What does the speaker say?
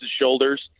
shoulders